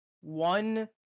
one